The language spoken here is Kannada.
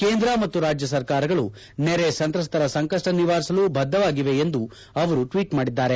ಕೇಂದ್ರ ಮತ್ತು ರಾಜ್ಯ ಸರ್ಕಾರಗಳು ನೆರೆ ಸಂತ್ರಸ್ತರ ಸಂಕಷ್ನ ನಿವಾರಿಸಲು ಬದ್ದವಾಗಿವೆ ಎಂದು ಅವರು ಟ್ವೀಟ್ ಮಾಡಿದ್ದಾರೆ